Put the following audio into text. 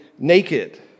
Naked